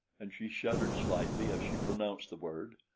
and she shuddered slightly as she pronounced the word.